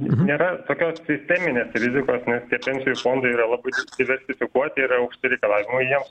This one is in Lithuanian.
nėra tokios sisteminės rizikos nes tie pensijų fondai yra labai diversifikuoti yra aukšti reikalavimai jiems